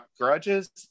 Grudges